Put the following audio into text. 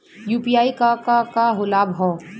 UPI क का का लाभ हव?